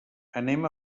anem